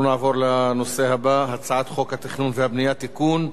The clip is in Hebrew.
אנחנו נעבור לנושא הבא: הצעת חוק התכנון והבנייה (תיקון,